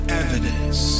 evidence